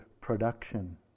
production